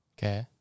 Okay